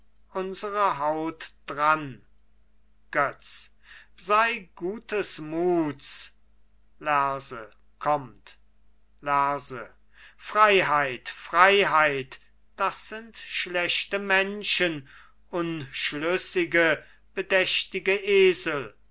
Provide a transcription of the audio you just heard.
unsere haut dran götz sei gutes muts lerse kommt lerse freiheit freiheit das sind schlechte menschen unschlüssige bedächtige esel